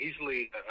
easily